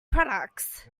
products